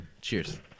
Cheers